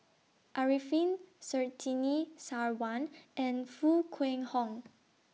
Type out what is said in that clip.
Arifin Surtini Sarwan and Foo Kwee Horng